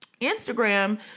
instagram